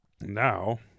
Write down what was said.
Now